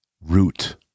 root